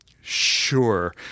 sure